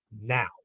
now